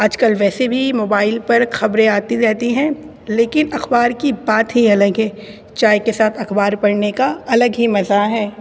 آج کل ویسے بھی موبائل پر خبریں آتی رہتی ہیں لیکن اخبار کی بات ہی الگ ہے چائے کے ساتھ اخبار پڑھنے کا الگ ہی مزہ ہے